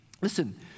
Listen